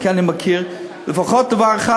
כי אני מכיר לפחות דבר אחד.